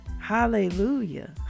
Hallelujah